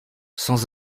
sans